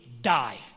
die